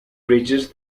bridges